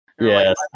Yes